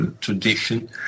tradition